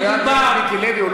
אתה נותן לו חמש דקות,